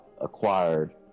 acquired